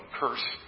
curse